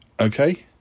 okay